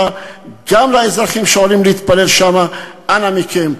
וגם לאזרחים שעולים להתפלל שם: אנא מכם,